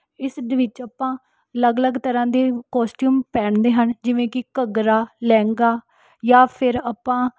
ਇਸ ਦੇ ਵਿੱਚ ਆਪਾਂ ਅਲੱਗ ਅਲੱਗ ਤਰ੍ਹਾਂ ਦੇ ਕੌਸਟੀਊਮ ਪਹਿਨਦੇ ਹਾਂ ਜਿਵੇਂ ਕਿ ਘੱਗਰਾ ਲਹਿੰਗਾ ਜਾਂ ਫਿਰ ਆਪਾਂ